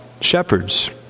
shepherds